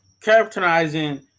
characterizing